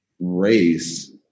race